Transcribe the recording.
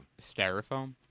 Styrofoam